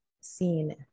seen